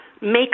make